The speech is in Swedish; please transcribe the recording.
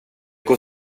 går